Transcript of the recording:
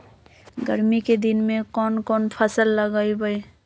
गर्मी के दिन में कौन कौन फसल लगबई?